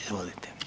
Izvolite.